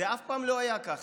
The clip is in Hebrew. זה אף פעם לא היה ככה.